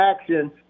action